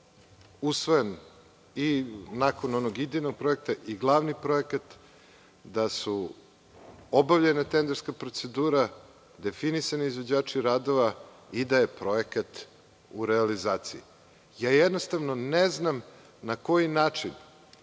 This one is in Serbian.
usvojen i nakon onog idejnog projekta i glavni projekat, da je obavljena tenderska procedura, definisani izvođači radova i da je projekat u realizaciji. Jednostavno ne znam na koji način